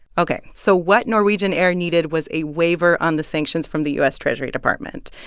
ok. so what norwegian air needed was a waiver on the sanctions from the u s. treasury department,